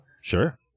Sure